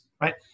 right